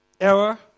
Error